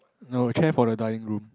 no a chair for the dining room